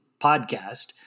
podcast